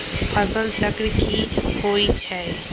फसल चक्र की होई छै?